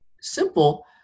simple